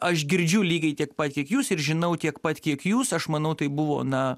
aš girdžiu lygiai tiek pat kiek jūs ir žinau tiek pat kiek jūs aš manau tai buvo na